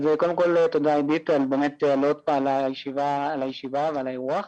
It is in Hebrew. אז קודם כל תודה עידית באמת עוד פעם על הישיבה ועל האירוח.